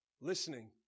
Listening